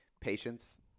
patience